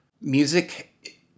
Music